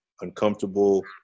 uncomfortable